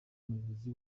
umuyobozi